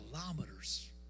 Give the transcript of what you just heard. kilometers